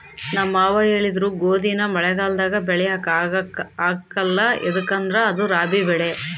ನಮ್ ಮಾವ ಹೇಳಿದ್ರು ಗೋದಿನ ಮಳೆಗಾಲದಾಗ ಬೆಳ್ಯಾಕ ಆಗ್ಕಲ್ಲ ಯದುಕಂದ್ರ ಅದು ರಾಬಿ ಬೆಳೆ